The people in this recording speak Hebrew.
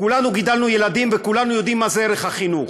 כולנו גידלנו ילדים, וכולנו יודעים מה ערך החינוך.